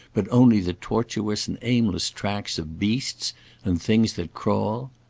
but only the tortuous and aimless tracks of beasts and things that crawl?